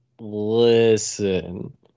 Listen